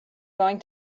going